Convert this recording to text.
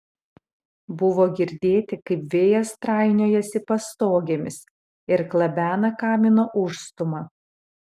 buvo girdėti kaip vėjas trainiojasi pastogėmis ir klabena kamino užstūmą